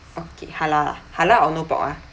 okay halal halal or no pork ah